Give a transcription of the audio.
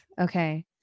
okay